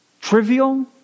Trivial